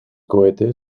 cohete